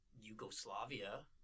Yugoslavia